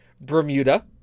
Bermuda